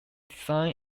design